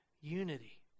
unity